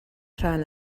rhan